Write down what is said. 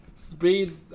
Speed